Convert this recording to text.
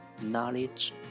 Knowledge